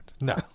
No